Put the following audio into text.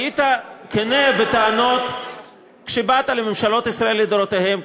היית כן כשבאת בטענות לממשלות ישראל לדורותיהן,